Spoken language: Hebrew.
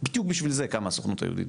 בדיוק בשביל זה קמה הסוכנות היהודית,